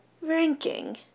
Ranking